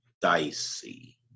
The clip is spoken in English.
dicey